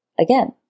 again